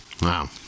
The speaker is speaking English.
Wow